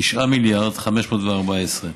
9 מיליארד ו-514 מיליון,